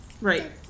Right